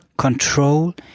Control